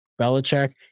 Belichick